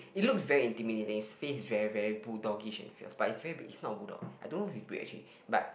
it looks very intimidating it's face is very very bulldog-ish and fierce but it's very big it's not a bulldog I don't know it's breed actually but